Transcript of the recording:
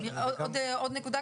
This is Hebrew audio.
עוד נקודה?